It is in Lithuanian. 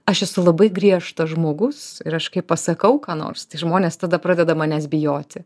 aš esu labai griežtas žmogus ir aš kai pasakau ką nors tai žmonės tada pradeda manęs bijoti